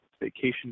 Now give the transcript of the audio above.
vacation